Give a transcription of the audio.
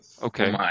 Okay